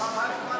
מה, מה אכפת לך?